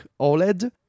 OLED